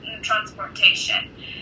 transportation